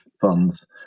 funds